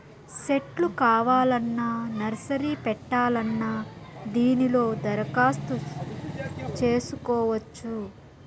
సెట్లు కావాలన్నా నర్సరీ పెట్టాలన్నా దీనిలో దరఖాస్తు చేసుకోవచ్చు